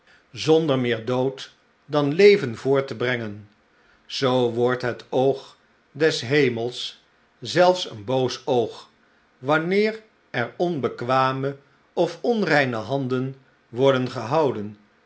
zonder meer dood dan leven voort te brengen zoo wordt het oog des hemels zelfs een boos oog wanneer er onbekwame of onreine handen worden gehouden